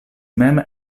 mem